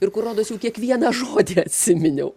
ir kur rodos jau kiekvieną žodį atsiminiau